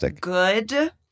good